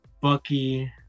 Bucky